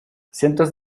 cientos